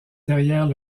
derrière